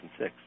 2006